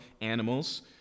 animals